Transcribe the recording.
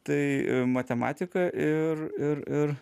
tai matematika ir ir ir